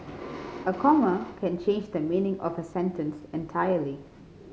a comma can change the meaning of a sentence entirely